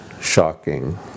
shocking